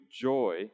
joy